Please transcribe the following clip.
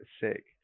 sick